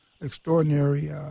extraordinary –